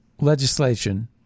legislation